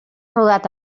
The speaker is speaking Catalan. rodat